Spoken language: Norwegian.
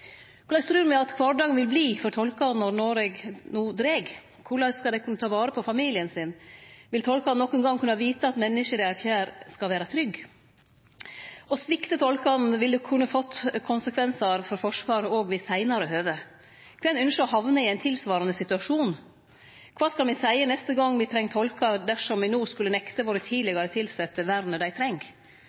Korleis trur me at kvardagen vil verte for tolkane når Noreg no dreg? Korleis skal dei kunne ta vare på familien sin? Vil tolkane nokon gong kunne vite at menneske de har kjær, skal vere trygge? Å svikte tolkane vil kunne få konsekvensar for Forsvaret òg ved seinare høve. Kven ynskjer å hamne i ein tilsvarande situasjon? Kva skal me seie neste gong me treng tolkar, dersom me no skulle nekte våre tidlegare tilsette vernet dei treng?